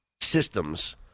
systems